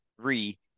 three